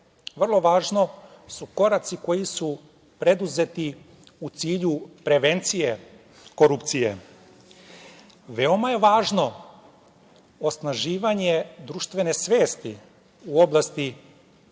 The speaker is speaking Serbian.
vrlo važno su koraci koji su preduzeti u cilju prevencije korupcije. Veoma je važno osnaživanje društvene svesti u oblasti